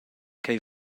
ch’ei